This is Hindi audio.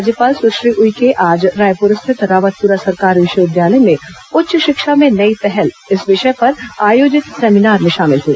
राज्यपाल सुश्री उइके आज रायपुर स्थित रावतपुरा सरकार विश्वविद्यालय में उच्च शिक्षा में नई पहल विषय पर आयोजित सेमिनार में शामिल हुई